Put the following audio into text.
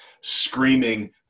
screaming